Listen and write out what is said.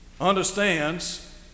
understands